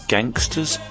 Gangster's